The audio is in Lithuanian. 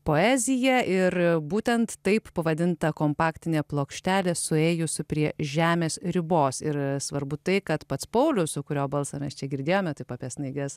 poezija ir būtent taip pavadinta kompaktinė plokštelė suėjus prie žemės ribos ir svarbu tai kad pats paulius kurio balsą mes čia girdėjome taip apie snaiges